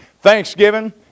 Thanksgiving